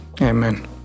Amen